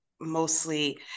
mostly